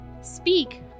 Speak